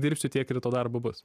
dirbti tiek ir to darbo bus